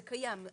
זה קיים.